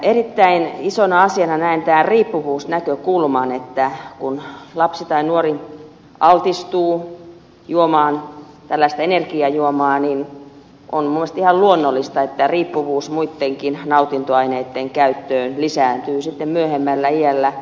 erittäin isona asiana näen tämän riippuvuusnäkökulman että kun lapsi tai nuori altistuu juomaan tällaista energiajuomaa niin minun mielestäni on ihan luonnollista että riippuvuus muittenkin nautintoaineitten käyttöön lisääntyy sitten myöhemmällä iällä